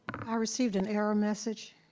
i received an error message.